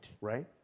right